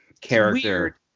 character